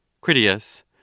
Critias